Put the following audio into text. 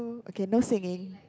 or can I say again